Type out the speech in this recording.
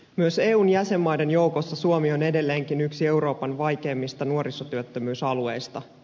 myös eun jäsenmaiden joukossa suomi on edelleenkin yksi euroopan vaikeimmista nuorisotyöttömyysalueista